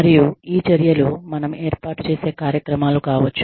మరియు ఈ చర్యలు మనం ఏర్పాటు చేసే కార్యక్రమాలు కావచ్చు